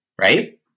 right